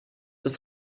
bis